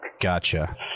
Gotcha